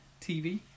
TV